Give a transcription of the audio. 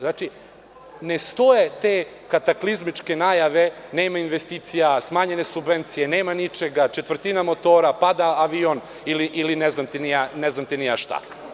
Znači, ne stoje te kataklizmičke najave – nema investicija, smanjenje su subvencije, nema ničega, četvrtina motora, pada avion ili ne znam šta.